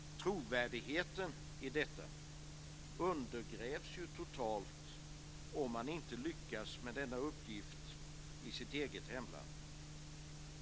Trovärdigheten i detta undergrävs totalt om man inte lyckas med denna uppgift i sitt eget hemland.